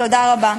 תודה רבה.